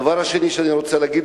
הדבר השני שאני רוצה להגיד,